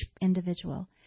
individual